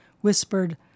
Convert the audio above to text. whispered